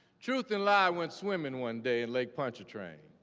truth and lie went swimming one day in lake pontchartrain.